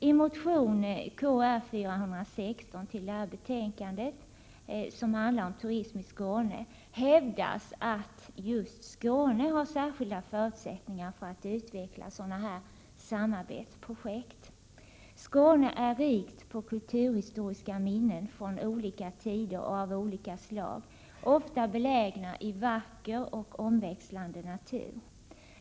I motion Kr416, som handlar om turism i Skåne, hävdas att just Skåne har särskilda förutsättningar för att utveckla sådana här samarbetsprojekt. Skåne är rikt på kulturhistoriska minnen från olika tider och av olika slag, ofta belägna i vacker och omväxlande natur.